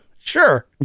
Sure